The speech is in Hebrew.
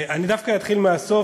אני דווקא אתחיל מהסוף,